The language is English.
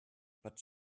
but